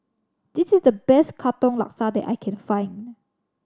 this is the best Katong Laksa that I can find